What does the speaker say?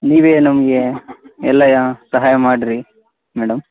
ನೀವೇ ನಮಗೆ ಎಲ್ಲಾ ಸಹಾಯ ಮಾಡಿರಿ ಮೇಡಮ್